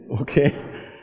okay